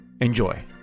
Enjoy